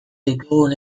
ditugun